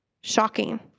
shocking